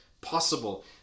possible